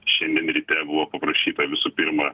šiandien ryte buvo paprašyta visų pirma